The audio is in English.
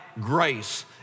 grace